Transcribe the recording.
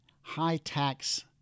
high-tax